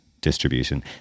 distribution